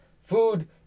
food